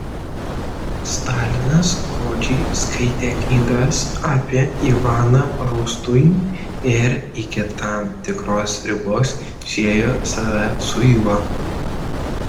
stalinas godžiai skaitė knygas apie ivaną rūstųjį ir iki tam tikros ribos siejo save su juo